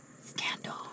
Scandal